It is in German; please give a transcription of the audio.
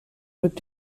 rückt